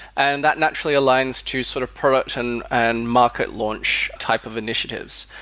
and that naturally aligns to sort of product and and market launch type of initiatives.